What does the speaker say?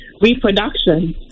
reproduction